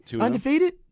Undefeated